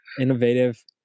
Innovative